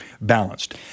balanced